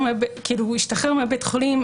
השתחרר מבית החולים,